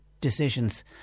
decisions